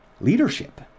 leadership